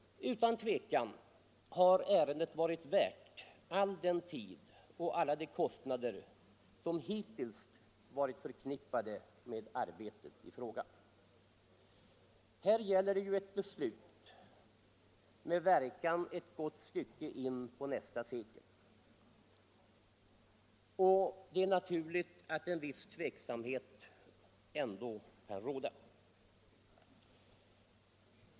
Utan tvivel har ärendet varit värt all den tid och alla de kostnader som hittills varit förknippade med arbetet i fråga. Här gäller det ju ett beslut med verkan ett gott stycke in på nästa sekel. Det är naturligt att en viss tveksamhet ändå kan råda.